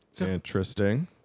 Interesting